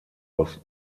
aus